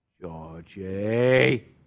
Georgie